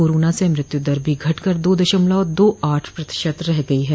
corona से मृत्युदर भी घटकर दो दशमलव दो आठ प्रतिशत रह गई है